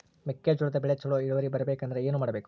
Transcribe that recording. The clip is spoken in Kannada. ಮೆಕ್ಕೆಜೋಳದ ಬೆಳೆ ಚೊಲೊ ಇಳುವರಿ ಬರಬೇಕಂದ್ರೆ ಏನು ಮಾಡಬೇಕು?